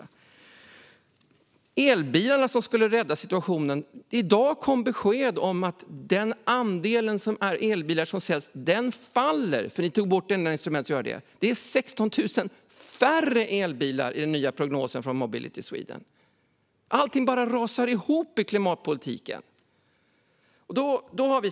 Om elbilarna, som skulle rädda situationen, kom det i dag besked att andelen som säljs faller för att ni tog bort det enda instrumentet som påverkade det. Det är 16 000 färre elbilar i den nya prognosen från Mobility Sweden. Allting bara rasar ihop i klimatpolitiken!